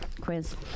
Quiz